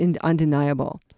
undeniable